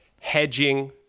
hedging